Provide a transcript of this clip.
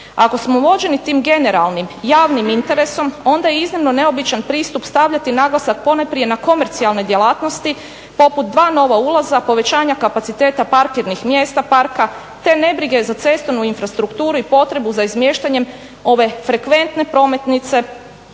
Ako smo vođeni tim generalnim, javnim interesom onda je iznimno neobičan pristup stavljati naglasak ponajprije na komercijalne djelatnosti poput dva nova ulaza povećanja kapaciteta parkirnih mjesta parka te ne brige za cestovnu infrastrukturu i potrebu za izmještanjem ove frekventne prometnice